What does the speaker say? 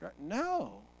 No